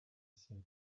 said